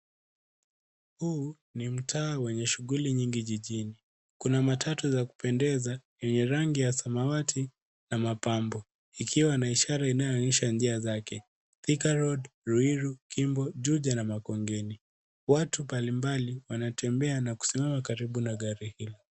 Hii ni mtaa yenye shughuli nyingi jijini. Kuna matatu za kupendeza yenye rangi ya samawati na mapambo ikiwa na ishara inayoonyesha njia zake; Thika Road, Ruiru, Kimbo, Juja na Makongeni. Watu mbalimbali wanatembea na kusimama karibu na gari hilo.